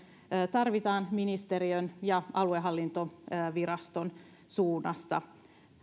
tarvitaan ministeriön ja aluehallintoviraston suunnasta